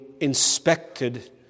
inspected